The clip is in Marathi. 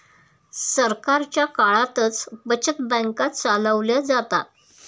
सरकारच्या काळातच बचत बँका चालवल्या जातात